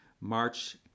March